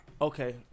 okay